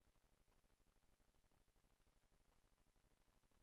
(אגרות), התשע"ד 2013, עברה בקריאה